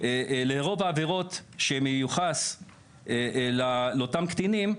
לרוב העבירות שמיוחס לאותם קטינים,